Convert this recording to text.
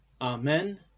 Amen